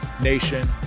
nation